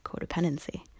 codependency